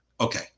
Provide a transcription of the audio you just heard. Okay